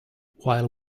while